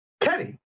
Kenny